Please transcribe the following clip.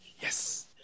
Yes